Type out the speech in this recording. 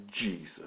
Jesus